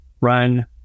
run